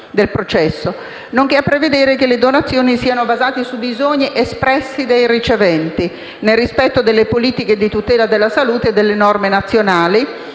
nonché prevedere che le donazioni siano basate su bisogni espressi dei riceventi, nel rispetto delle politiche di tutela della salute e delle norme nazionali,